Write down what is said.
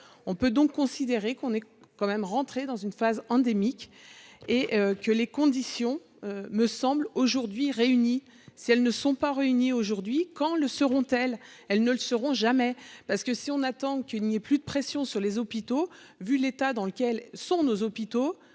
on peut donc considérer qu'on est quand même rentré dans une phase endémique et que les conditions me semble aujourd'hui réunis, si elles ne sont pas réunies aujourd'hui quand le seront-elle, elle ne le seront jamais, parce que si on attend qu'il n'y ait plus de pression sur les hôpitaux, vu l'état dans lequel sont nos hôpitaux